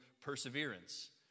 perseverance